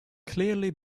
clearly